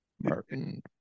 Martin